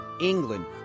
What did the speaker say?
England